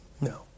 No